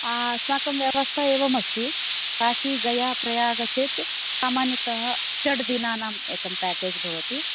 आ अस्माकं व्यवस्था एवम् अस्ति काशी गया प्रयाग चेत् सामान्यतः षड्दिनानां एकं पैकेज् भवति